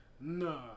No